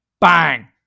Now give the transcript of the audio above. bang